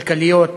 כלכליות,